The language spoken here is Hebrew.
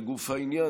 לגוף העניין,